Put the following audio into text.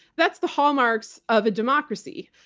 that's the hallmarks of a democracy.